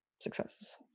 Successes